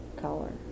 color